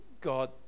God